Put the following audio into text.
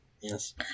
Yes